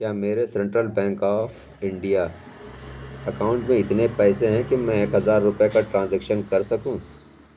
کیا میرے Central Bank of India account میں اتنے پیسے ہیں کہ میں ایک ہزار روپے کا ٹرانزیکشن کر سکوں